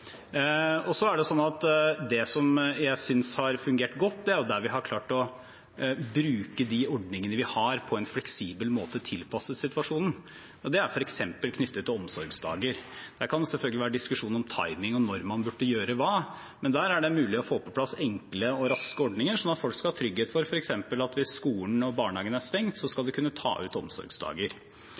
har fungert godt, er der vi har klart å bruke de ordningene vi har, på en fleksibel måte, tilpasset situasjonen. Det er f.eks. knyttet til omsorgsdager. Det kan selvfølgelig være diskusjon om timing og når man burde gjøre hva, men der er det mulig å få på plass enkle og raske ordninger, sånn at folk skal ha trygghet for at hvis f.eks. skolen og barnehagen er stengt, skal de kunne ta ut omsorgsdager.